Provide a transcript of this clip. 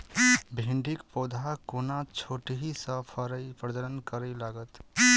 भिंडीक पौधा कोना छोटहि सँ फरय प्रजनन करै लागत?